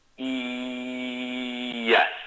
Yes